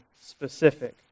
specific